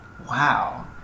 Wow